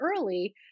early